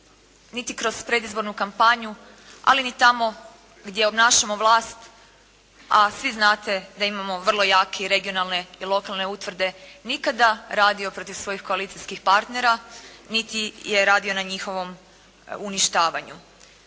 niti kroz predizbornu kampanju, ali ni tamo gdje obnašamo vlast, a svi znate da imamo vrlo jake regionalne i lokalne utvrde, nikada radio protiv svojih koalicijskih partnera, niti je radio na njihovom uništavanju.